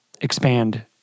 expand